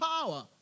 power